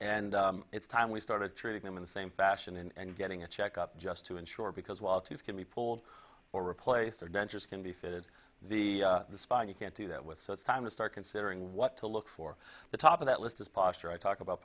and it's time we started treating them in the same fashion and getting a check up just to insure because while two can be pulled or replaced their dentures can be fitted the spine you can't do that with so it's time to start considering what to look for the top of that list is posture i talk about